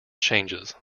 changes